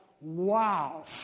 wow